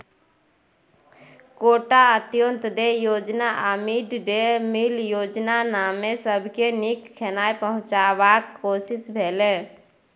quota, Antyodaya योजना आ mid day meal योजनामे सबके नीक खेनाइ पहुँचेबाक कोशिश भेलै